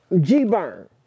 G-Burn